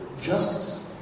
justice